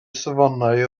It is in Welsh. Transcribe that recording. safonau